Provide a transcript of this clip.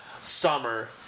summer